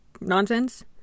nonsense